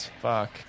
Fuck